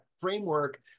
framework